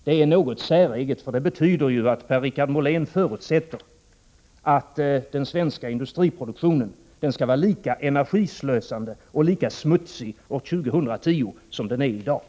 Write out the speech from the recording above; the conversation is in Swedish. Det är något säreget, för det betyder ju att Per-Richard Molén förutsätter att den svenska industriproduktionen skall vara lika energislösande och smutsig år 2010 som den är i dag.